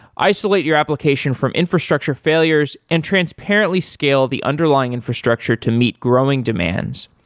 isolate your application from infrastructure failures and transparently scale the underlying infrastructure to meet growing demands,